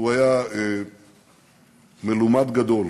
הוא היה מלומד גדול,